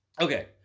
Okay